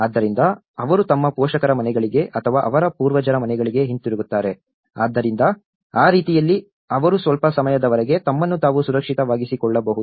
ಆದ್ದರಿಂದ ಅವರು ತಮ್ಮ ಪೋಷಕರ ಮನೆಗಳಿಗೆ ಅಥವಾ ಅವರ ಪೂರ್ವಜರ ಮನೆಗಳಿಗೆ ಹಿಂತಿರುಗುತ್ತಾರೆ ಆದ್ದರಿಂದ ಆ ರೀತಿಯಲ್ಲಿ ಅವರು ಸ್ವಲ್ಪ ಸಮಯದವರೆಗೆ ತಮ್ಮನ್ನು ತಾವು ಸುರಕ್ಷಿತವಾಗಿರಿಸಿಕೊಳ್ಳಬಹುದು